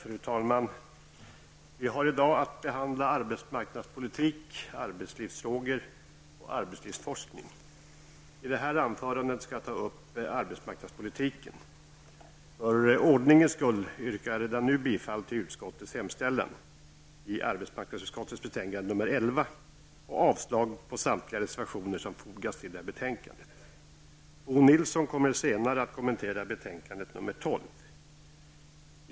Fru talman! Vi har i dag att behandla arbetsmarknadspolitik, arbetslivsfrågor och arbetslivsforskning. I det här anförandet skall jag ta upp arbetsmarknadspolitiken. För ordningens skull yrkar jag redan nu bifall till hemställan i arbetsmarknadsutskottets betänkande 11 och avslag på samtliga reservationer som har fogats till betänkandet. Bo Nilsson kommer senare att kommentera betänkande 12.